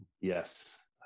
Yes